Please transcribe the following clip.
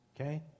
Okay